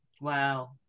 Wow